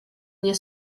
nie